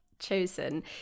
chosen